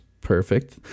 perfect